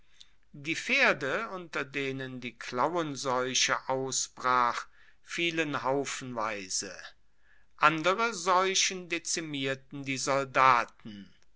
die pferde unter denen die klauenseuche ausbrach fielen haufenweise andere seuchen dezimierten die soldaten